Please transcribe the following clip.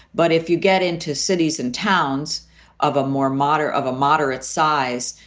but if you get into cities and towns of a more model of a moderate size,